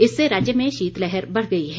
इससे राज्य में शीतलहर बढ़ गई है